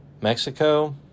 Mexico